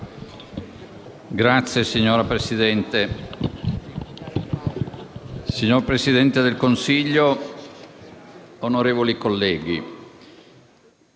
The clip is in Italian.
Signora Presidente, signor Presidente del Consiglio, onorevoli colleghi,